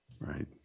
Right